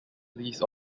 police